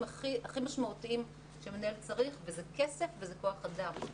הכי משמעותיים שמנהל צריך וזה כסף וזה כוח אדם.